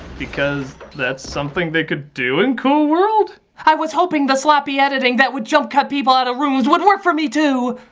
because. that's something they could do in cool world? i was hoping the sloppy editing that would jump cut people out of rooms would work for me too.